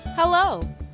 Hello